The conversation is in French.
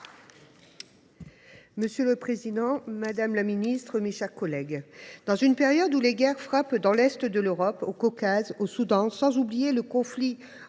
Monsieur le président, madame la ministre, mes chers collègues, dans une période où les guerres frappent dans l’est de l’Europe, au Caucase, au Soudan – sans oublier le conflit